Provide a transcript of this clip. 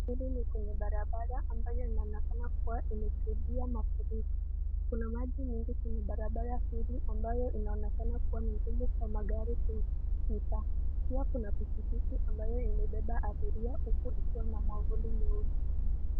Hili ni kwenye barabara ambayo inaonekana kuwa imeshuhudia mafuriko. Kuna maji mengi kwenye barabara hili ambayo inaonekana kuwa ni ngumu kwa magari kupita. Pia kuna pikipiki ambayo imebeba abiria huku ikiwa na mwavuli nyeusi.